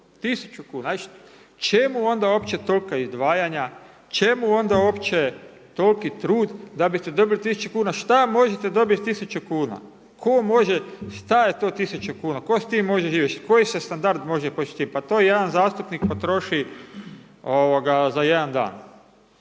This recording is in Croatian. Tisuću kuna, ajde čemu onda uopće tolika izdvajanja, čemu onda uopće toliki trud da biste dobili tisuću kuna, šta možete s tisuću kuna, tko može, šta je to tisuću kuna, tko s tim može živjeti, koji se standard može postići s tim, pa to jedan zastupnik potroši za jedan dan.